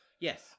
Yes